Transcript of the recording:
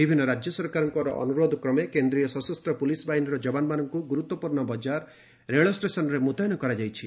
ବିଭିନ୍ନ ରାଜ୍ୟ ସରକାରଙ୍କ ଅନୁରୋଧ କ୍ରମେ କେନ୍ଦ୍ରୀୟ ସଶସ୍ତ ପୁଲିସ୍ ବାହିନୀର ଯବାନମାନଙ୍କୁ ଗୁରୁତ୍ୱପୂର୍ଣ୍ଣ ବଜାର ରେଳ ଷ୍ଟେସନ୍ରେ ମୁତୟନ କରାଯାଇଛି